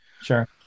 Sure